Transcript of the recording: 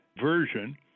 version